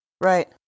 Right